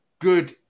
good